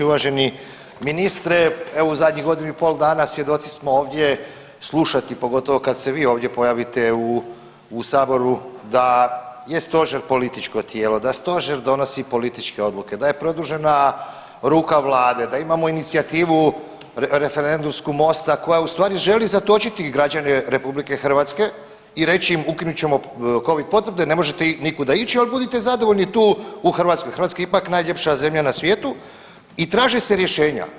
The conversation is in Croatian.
Uvaženi ministre, evo u zadnjih godinu i pol dana svjedoci smo ovdje slušati pogotovo kad se vi ovdje pojavite u saboru da je stožer političko tijelo, da stožer donosi političke odluke, da je produžena ruka vlade, da imamo inicijativu referendumsku Mosta koja u stvari želi zatočiti građane RH i reći im ukinut ćemo covid potvrde, ne možete nikuda ići, al budite zadovoljni tu u Hrvatskoj, Hrvatska je ipak najljepša zemlja na svijetu i traži se rješenja.